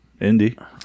indie